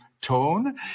tone